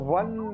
one